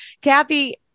Kathy